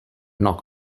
knock